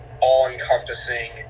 all-encompassing